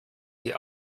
die